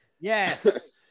Yes